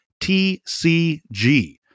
TCG